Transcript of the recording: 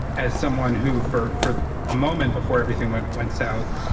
as someone who, for for a moment before everything went went south,